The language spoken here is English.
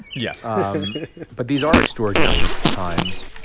yes but these are extraordinary times.